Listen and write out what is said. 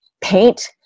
paint